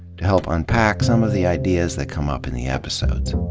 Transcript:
to help unpack some of the ideas that come up in the episodes.